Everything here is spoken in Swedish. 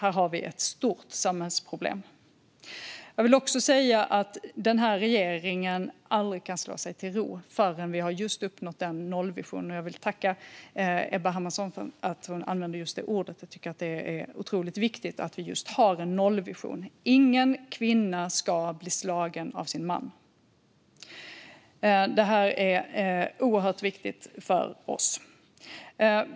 Här har vi ett stort samhällsproblem. Den här regeringen kommer inte att slå sig till ro förrän vi har uppnått en nollvision. Jag tackar Ebba Hermansson för att hon använder just det ordet eftersom jag tycker att det är otroligt viktigt att vi har just en nollvision. Ingen kvinna ska bli slagen av sin man. Det är oerhört viktigt för oss.